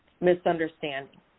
misunderstanding